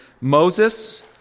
Moses